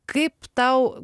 kaip tau